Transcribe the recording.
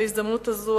בהזדמנות הזו,